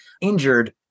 injured